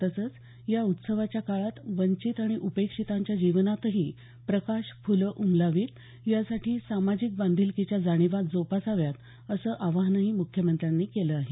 तसंच या उत्सवाच्या काळात वंचित आणि उपेक्षितांच्या जीवनातही प्रकाशफुलं उमलावीत यासाठी सामाजिक बांधिलकीच्या जाणीवा जोपासाव्यात असं आवाहनही मुख्यमंत्र्यांनी केलं आहे